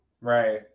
Right